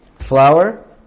flour